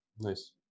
nice